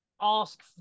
ask